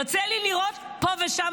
יוצא לי לראות פה ושם,